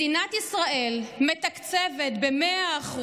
מדינת ישראל מתקצבת ב-100%,